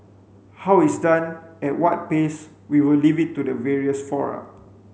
how it's done at what pace we will leave it to the various fora